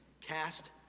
cast